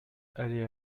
allez